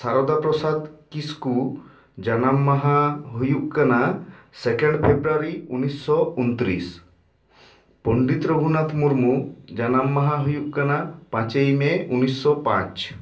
ᱥᱟᱨᱚᱫᱟ ᱯᱨᱚᱥᱟᱫᱽ ᱠᱤᱥᱠᱩ ᱡᱟᱱᱟᱢ ᱢᱟᱦᱟ ᱦᱩᱭᱩᱜ ᱠᱟᱱᱟ ᱥᱮᱠᱮᱱᱰ ᱯᱷᱮᱵᱨᱩᱣᱟᱨᱤ ᱩᱱᱤᱥᱥᱚ ᱩᱱᱛᱨᱤᱥ ᱯᱚᱱᱰᱤᱛ ᱨᱚᱜᱷᱩᱱᱟᱛᱷ ᱢᱩᱨᱢᱩ ᱡᱟᱱᱟᱢ ᱢᱟᱦᱟ ᱦᱩᱭᱩᱜ ᱠᱟᱱᱟ ᱯᱟᱸᱪᱮᱭ ᱢᱮᱹ ᱩᱱᱤᱥᱥᱚ ᱯᱟᱸᱪ